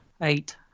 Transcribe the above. eight